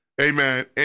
Amen